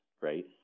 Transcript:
right